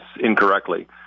incorrectly